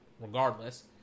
regardless